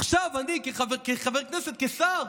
עכשיו אני, כחבר כנסת, כשר,